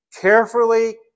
carefully